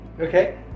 Okay